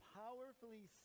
powerfully